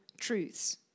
truths